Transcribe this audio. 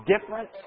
different